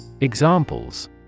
Examples